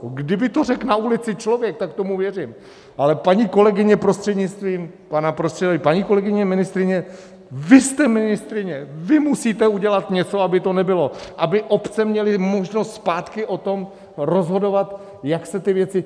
Kdyby to řekl na ulici člověk, tak tomu věřím, ale paní kolegyně, prostřednictvím, paní kolegyně ministryně, vy jste ministryně, vy musíte udělat něco, aby to nebylo, aby obce měly možnost zpátky o tom rozhodovat, jak se ty věci...